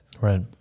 Right